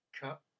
cut